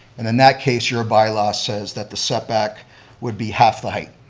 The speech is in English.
and in that case, your by-law says that the setback would be half the height.